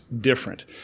different